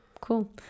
cool